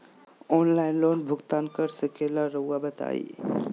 Online loan भुगतान कर सकेला राउआ बताई?